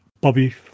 Bobby